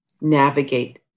navigate